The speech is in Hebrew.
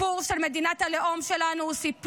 ההשתמטות, לא תצליח לרסק את